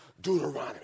Deuteronomy